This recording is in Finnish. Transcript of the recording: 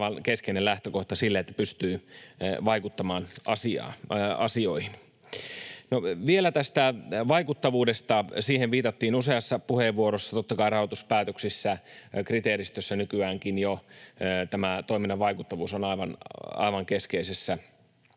keskeinen lähtökohta sille, että pystyy vaikuttamaan asioihin. Vielä tästä vaikuttavuudesta, johon viitattiin useassa puheenvuorossa: totta kai rahoituspäätösten kriteeristössä nykyäänkin jo toiminnan vaikuttavuus on aivan keskeisessä asemassa.